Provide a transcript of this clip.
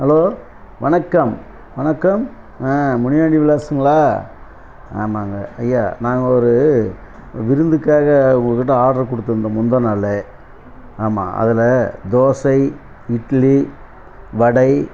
hello வணக்கம் வணக்கம் ஆ முனியாண்டி விலாஸுங்களா ஆமாங்க ஐயா நாங்கள் ஒரு விருந்துக்காக உங்கக்கிட்டே ஆடர் கொடுத்துருந்தேன் முந்தாநாள் ஆமாம் அதில் தோசை இட்லி வடை